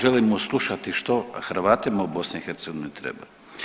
Želimo slušati što Hrvatima u BiH treba.